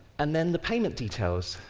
and then the payment details,